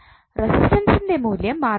റെസിസ്റ്റൻസ്ൻറെ മൂല്യം മാറുകയില്ല